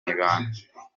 ibanga